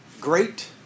great